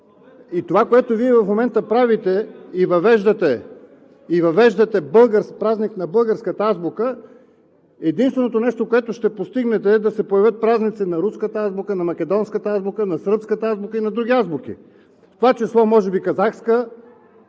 И това, което Вие в момента правите и въвеждате празник на българската азбука, единственото нещо, което ще постигнете, е да се появят празници на руската азбука, на македонската азбука, на сръбската азбука и на други азбуки. В това число може би казахска,